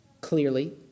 clearly